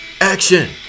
action